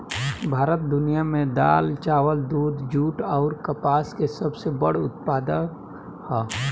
भारत दुनिया में दाल चावल दूध जूट आउर कपास के सबसे बड़ उत्पादक ह